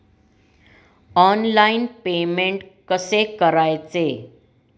Online payment कसे करायचे?